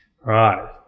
Right